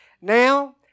Now